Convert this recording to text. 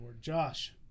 Josh